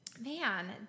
Man